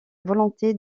volonté